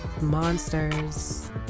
monsters